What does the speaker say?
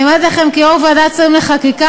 אני אומרת לכם כיו"ר ועדת שרים לחקיקה,